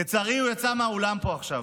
לצערי, הוא יצא מהאולם פה עכשיו,